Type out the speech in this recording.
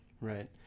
Right